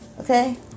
okay